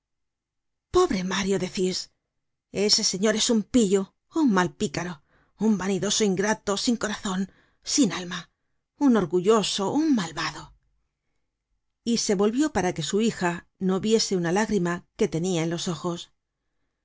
pobre mario decís ese señor es un pillo un mal picaro un vanidoso ingrato sin corazon sin alma un orgulloso un malvado y se volvió para que su hija no viese una lágrima que tenia en los ojos